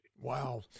Wow